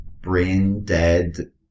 brain-dead